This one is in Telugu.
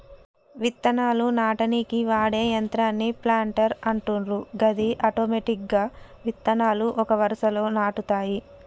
విత్తనాలు నాటనీకి వాడే యంత్రాన్నే ప్లాంటర్ అంటుండ్రు గది ఆటోమెటిక్గా విత్తనాలు ఒక వరుసలో నాటుతాయి